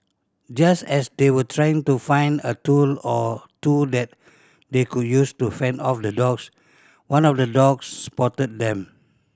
just as they were trying to find a tool or two that they could use to fend off the dogs one of the dogs spotted them